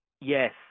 Yes